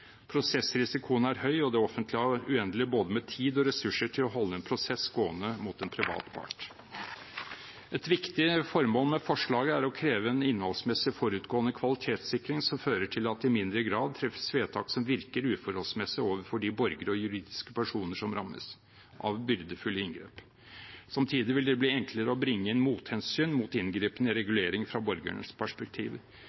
Prosessrisikoen er høy, og det offentlige har uendelig av både tid og ressurser til å holde en prosess gående mot en privat part. Et viktig formål med forslaget er å kreve en innholdsmessig forutgående kvalitetssikring som fører til at det i mindre grad treffes vedtak som virker uforholdsmessige overfor de borgere og juridiske personer som rammes av byrdefulle inngrep. Samtidig vil det bli enklere å bringe inn mothensyn mot